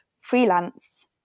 freelance